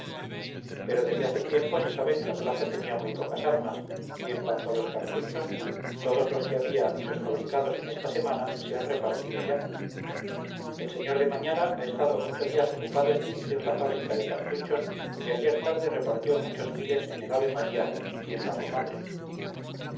pero desde hace tiempo se sabe que la plaza tenía muy pocas armas y en cuanto a los cartuchos todos los que había y los fabricados en esta semana se han repartido ya el sr de mañara ha estado ocho días ocupado en dirigir la fábrica de cartuchos y ayer tarde repartió muchos miles en el ave-maría y en la comadre